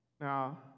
Now